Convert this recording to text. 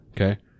Okay